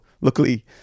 luckily